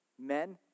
men